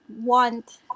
want